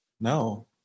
no